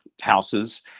houses